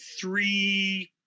three